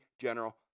General